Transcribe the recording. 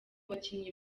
bakinnyi